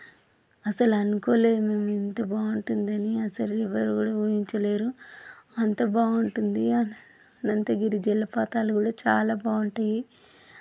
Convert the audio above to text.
అసలనుకోలే ఇంత బాగుంటుందని అసలు ఎవ్వరు కూడా ఊహించలేరు అంత బాగుంటుంది అనంతగిరి జలపాతాలు కూడా చాలా బాగుంటాయి